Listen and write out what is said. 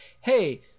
hey